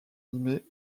animés